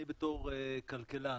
אני בתור כלכלן